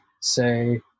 say